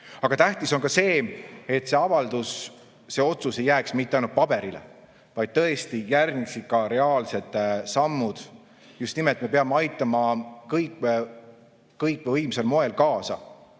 Aga tähtis on ka see, et see avaldus, see otsus ei jääks mitte ainult paberile, vaid tõesti järgneksid ka reaalsed sammud. Just nimelt, me peame aitama kõik võimsal moel kaasa,